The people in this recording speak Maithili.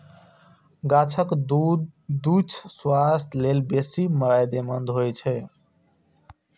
गाछक दूछ स्वास्थ्य लेल बेसी फायदेमंद होइ छै